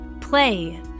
play